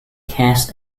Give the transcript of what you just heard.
cash